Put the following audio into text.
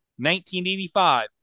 1985